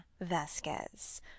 vasquez